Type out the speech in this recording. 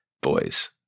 Boys